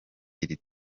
iri